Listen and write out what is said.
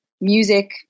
music